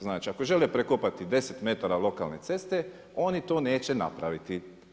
Znači ako žele prekopati 10 metara lokalne ceste oni to neće napraviti.